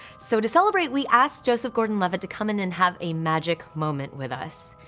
so to celebrate we asked joesph gordon-levitt to come in and have a magic moment with us.